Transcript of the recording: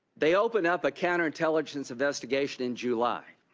they opened up a counter intelligence investigation in july.